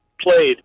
played